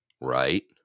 Right